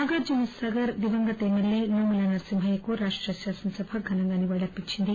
నాగార్జున సాగర్ దివంగత ఎమ్మెల్యే నోముల నర్పింహయ్యకు రాష్ట శాసనసభ ఘనంగా నివాళ్లర్పించింది